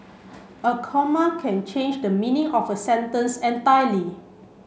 a comma can change the meaning of a sentence entirely